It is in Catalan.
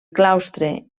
claustre